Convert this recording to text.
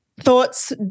thoughts